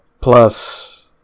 plus